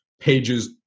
pages